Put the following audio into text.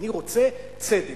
אני רוצה צדק,